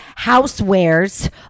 housewares